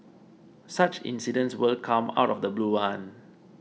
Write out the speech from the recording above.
such incidents will come out of the blue one